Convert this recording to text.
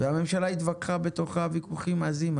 והממשלה התווכחה בתוכה ויכוחים עזים,